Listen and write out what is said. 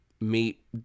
meet